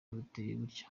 buteye